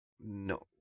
No